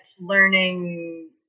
learning